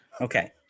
Okay